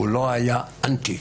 הוא לא היה אנטי,